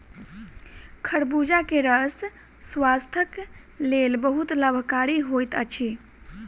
खरबूजा के रस स्वास्थक लेल बहुत लाभकारी होइत अछि